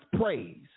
praise